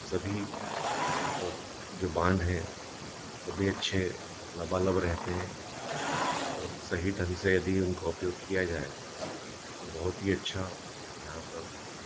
सभी और जो बाँध हैं सभी अच्छे लबालब रहते हैं और सही ढंग से यदि उनका उपयोग किया जाय बहुत ही अच्छा यहाँ पर